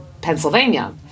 Pennsylvania